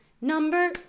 number